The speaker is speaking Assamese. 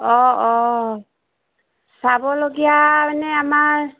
অঁ অঁ চাবলগীয়া মানে আমাৰ